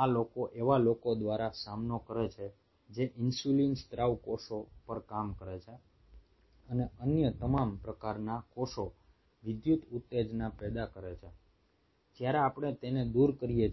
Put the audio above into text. આ લોકો એવા લોકો દ્વારા સામનો કરે છે જે ઇન્સ્યુલિન સ્ત્રાવ કોષો પર કામ કરે છે અને અન્ય તમામ પ્રકારના કોષો વિદ્યુત ઉત્તેજના પેદા કરે છે જ્યારે આપણે તેને દૂર કરીએ છીએ